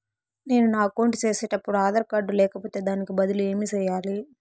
నేను నా అకౌంట్ సేసేటప్పుడు ఆధార్ కార్డు లేకపోతే దానికి బదులు ఏమి సెయ్యాలి?